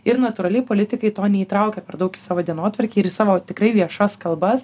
ir natūraliai politikai to neįtraukia per daug į savo dienotvarkę ir savo tikrai viešas kalbas